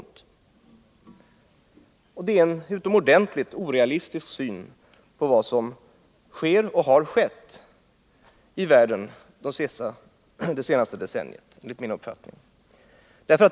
Det är, enligt min uppfattning, en utomordentligt orealistisk syn på vad som sker och har skett i världen under det senaste decenniet.